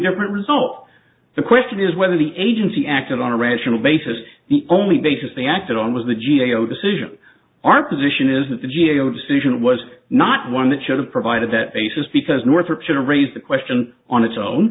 different result the question is whether the agency acted on a rational basis the only basis they acted on was the g a o decision our position is that the g a o decision was not one that should have provided that basis because northrop general raised the question on its own